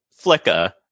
Flicka